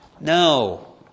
No